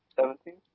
seventeen